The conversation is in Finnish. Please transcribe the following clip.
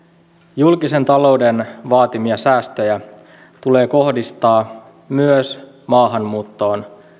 julkisen talouden vaatimia säästöjä tulee kohdistaa myös maahanmuuttoon